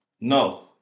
No